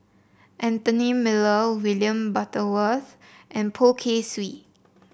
Anthony Miller William Butterworth and Poh Kay Swee